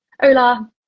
hola